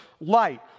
light